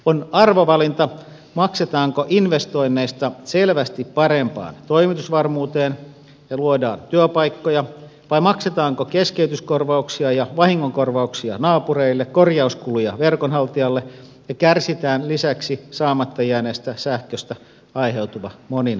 on arvovalinta maksetaanko investoinneista selvästi parempaan toimitusvarmuuteen ja luodaan työpaikkoja vai maksetaanko keskeytyskorvauksia ja vahingonkorvauksia naapureille korjauskuluja verkonhaltijalle ja kärsitään lisäksi saamatta jääneestä sähköstä aiheutuva moninainen haitta